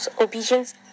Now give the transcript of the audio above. obedience